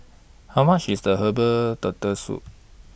How much IS The Herbal Turtle Soup